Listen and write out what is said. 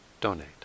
donate